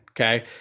Okay